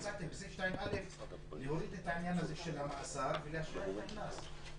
הצעתם בסעיף 2(א) להוריד את העניין הזה של המאסר ולהשאיר רק את הקנס.